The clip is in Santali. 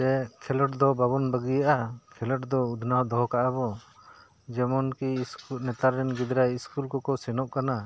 ᱡᱮ ᱠᱷᱮᱞᱳᱰ ᱫᱚ ᱵᱟᱵᱚᱱ ᱵᱟᱹᱜᱤᱭᱟᱜᱼᱟ ᱠᱷᱮᱞᱳᱰ ᱫᱚ ᱩᱫᱽᱱᱟᱹᱣ ᱫᱚᱦᱚ ᱠᱟᱜᱼᱟ ᱵᱚ ᱡᱮᱢᱚᱱ ᱠᱤ ᱱᱮᱛᱟᱨ ᱨᱮᱱ ᱜᱤᱫᱽᱨᱟᱹ ᱥᱠᱩᱞ ᱠᱚᱠᱚ ᱥᱮᱱᱚᱜ ᱠᱟᱱᱟ